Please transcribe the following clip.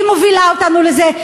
היא מובילה אותנו לזה.